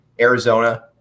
Arizona